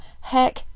heck